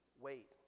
wait